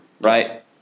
Right